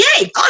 yay